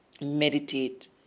meditate